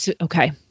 Okay